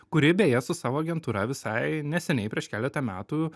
kuri beje su savo agentūra visai neseniai prieš keletą metų